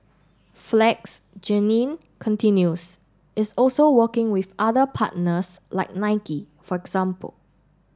flex Jeannine continues is also working with other partners like Nike for example